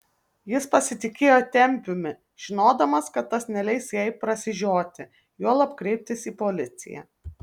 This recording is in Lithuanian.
jis pasitikėjo tempiumi žinodamas kad tas neleis jai prasižioti juolab kreiptis į policiją